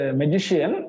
magician